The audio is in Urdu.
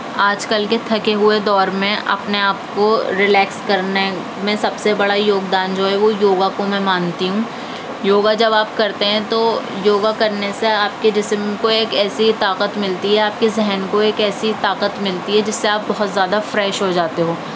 آج کل کے تھکے ہوئے دور میں اپنے آپ کو ریلیکس کرنے میں سب سے بڑا یوگدان جو ہے وہ یوگا کو میں مانتی ہوں یوگا جب آپ کرتے ہیں تو یوگا کرنے سے آپ کے جسم کو ایک ایسی طاقت ملتی ہے آپ کے ذہن کو ایک ایسی طاقت ملتی ہے جس سے آپ بہت زیادہ فریش ہو جاتے ہو